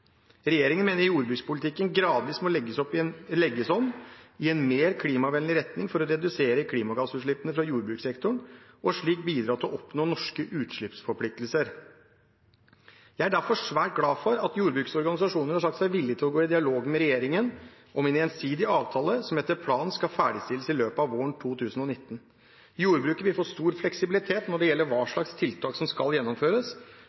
Regjeringen mener jordbrukspolitikken gradvis må legges om i en mer klimavennlig retning for å redusere klimagassutslippene fra jordbrukssektoren og slik bidra til å oppnå norske utslippsforpliktelser. Jeg er derfor svært glad for at jordbrukets organisasjoner har sagt seg villig til å gå i dialog med regjeringen om en gjensidig avtale som etter planen skal ferdigstilles i løpet av våren 2019. Jordbruket vil få stor fleksibilitet når det gjelder hva slags tiltak som skal gjennomføres.